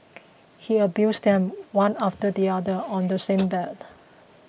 he abused them one after the other on the same bed